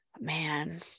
Man